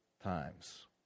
times